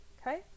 Okay